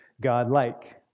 God-like